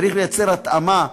צריך לייצר התאמה.